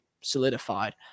solidified